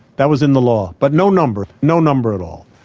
that was in the law, but no number, no number at all.